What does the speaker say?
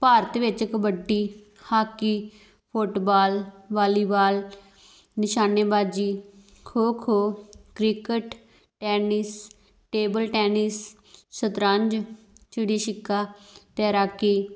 ਭਾਰਤ ਵਿੱਚ kabaddi hockey football volleyball ਨਿਸ਼ਾਨੇਬਾਜ਼ੀ kho kho cricket tennis table tennis ਸ਼ਤਰੰਜ ਚਿੜੀ ਛਿੱਕਾ ਤੈਰਾਕੀ